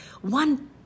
One